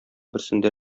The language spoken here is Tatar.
берсендә